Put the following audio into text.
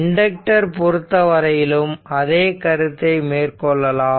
inductor பொறுத்தவரையிலும் அதே கருத்தை மேற்கொள்ளலாம்